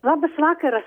labas vakaras